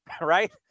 Right